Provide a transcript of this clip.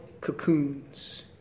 cocoons